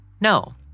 No